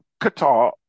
Qatar